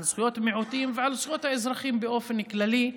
על זכויות מיעוטים ועל זכויות האזרחים באופן כללי,